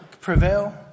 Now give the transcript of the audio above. Prevail